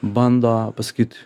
bando pasakyt